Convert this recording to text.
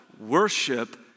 Worship